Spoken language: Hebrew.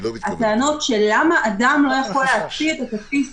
לגבי הטענות למה אדם לא יכול להוציא את התדפיס